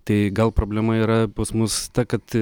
tai gal problema yra pas mus ta kad